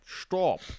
stop